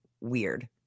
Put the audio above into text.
weird